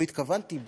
לא התכוונתי,